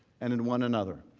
and in one another.